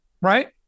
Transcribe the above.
right